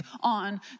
on